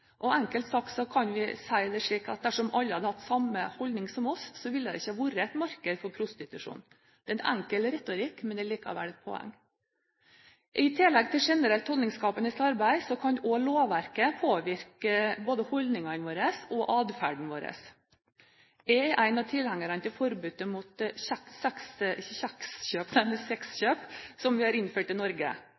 si det slik at dersom alle hadde hatt samme holdning som oss, ville det ikke ha vært et marked for prostitusjon. Det er en enkel retorikk, men likevel et poeng. I tillegg til et generelt holdningsskapende arbeid kan også lovverket påvirke både holdningene våre og atferden vår. Jeg er en av tilhengerne av forbudet mot sexkjøp, som vi har innført i Norge.